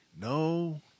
no